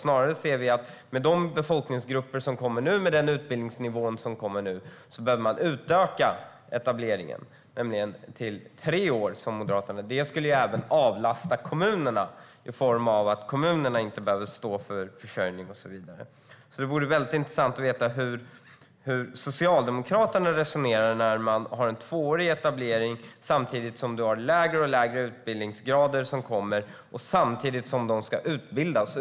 Snarare ser vi att den utbildningsnivå som de befolkningsgrupper har som nu kommer gör att vi behöver utöka etableringen till tre år, som Moderaterna föreslår. Det skulle även avlasta kommunerna genom att de inte behövde stå för försörjning och annat. Det vore intressant att höra hur Socialdemokraterna resonerar när de har en tvåårig etablering samtidigt som det är en allt lägre utbildningsnivå bland dem som kommer och ska utbildas.